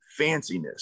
fanciness